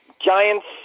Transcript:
Giants